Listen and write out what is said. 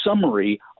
summary